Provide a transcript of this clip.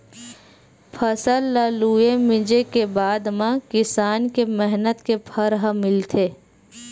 फसल ल लूए, मिंजे के बादे म किसान के मेहनत के फर ह मिलथे